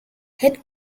head